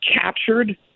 captured